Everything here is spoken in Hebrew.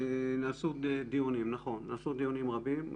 נעשו דיונים רבים,